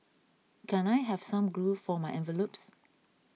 can I have some glue for my envelopes